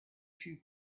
few